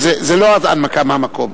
איסור התניה בעסקה לתקופה קצובה),